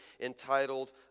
entitled